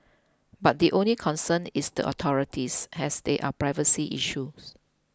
but the only concern is the authorities as there are privacy issues